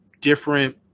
different